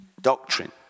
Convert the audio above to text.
doctrine